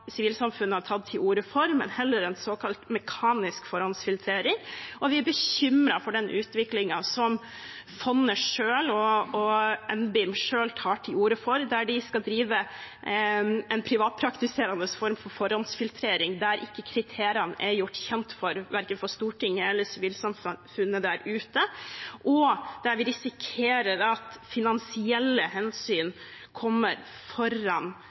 sivilsamfunnet har tatt til orde for, men heller en såkalt mekanisk forhåndsfiltrering. Vi er også bekymret for den utviklingen som fondet selv og NBIM selv tar til orde for, der de skal drive en privatpraktiserende form for forhåndsfiltrering, der kriteriene ikke er gjort kjent for verken Stortinget eller sivilsamfunnet der ute, og der vi risikerer at finansielle hensyn kommer foran